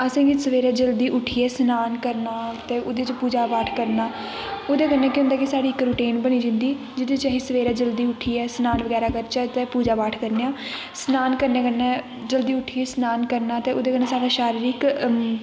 असें गी सवेरे जल्दी उट्ठिये शनान करना ते उ'दे बाद पूजा पाठ करना उ'दे कन्नै केह् होंदा कि साढ़ी रूटीन बनी जंदी जिह्दे च आहीं सवेरै जल्दी उट्ठियै शनन बगैरा करचै ते पूजा पाठ करनेआं शनान करने कन्नै जल्दी उट्ठियै शनान करना उदे कन्नै साढ़ा शारीरक ठीक रैंह्दा